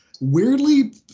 weirdly